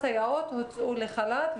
כל הסייעות הוצאו לחל"ת,